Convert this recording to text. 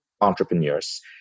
entrepreneurs